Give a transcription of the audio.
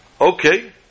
Okay